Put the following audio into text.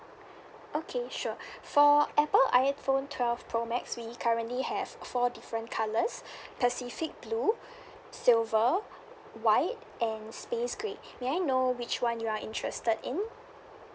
okay sure for apple iphone twelve pro max we currently have four different colours pacific blue silver white and space grey may I know which one you are interested in